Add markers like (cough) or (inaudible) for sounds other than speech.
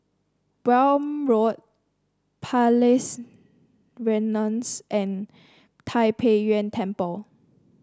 Welm Road Palais (unintelligible) and Tai Pei Yuen Temple